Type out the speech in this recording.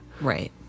Right